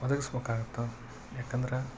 ಒದಗಿಸ್ಬೇಕಾಗುತ್ತೆ ಯಾಕಂದ್ರೆ